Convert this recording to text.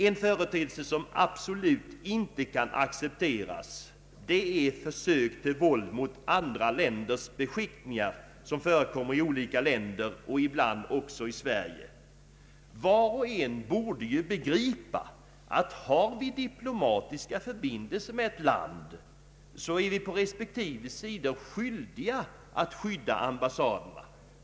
En företeelse som absolut inte kan accepteras är försök till våld mot andra länders beskickningar, vilket förekommer i olika länder och ibland också i Sverige. Var och en borde ju begripa att har vi diplomatiska förbindelser med ett land så är vi på respektive sidor skyldiga att skydda ambassaderna.